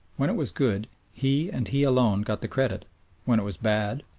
when it was good, he, and he alone, got the credit when it was bad,